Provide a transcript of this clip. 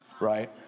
right